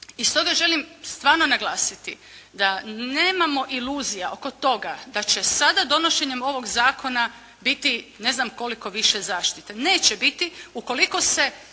I stoga želim stvarno naglasiti da nemamo iluzija oko toga da će sada donošenjem ovoga zakona biti ne znam koliko više zaštite. Neće biti ukoliko se